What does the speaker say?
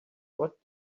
what